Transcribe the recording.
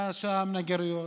נגריות